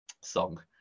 song